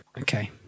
Okay